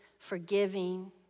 forgiving